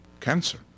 cancer